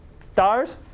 stars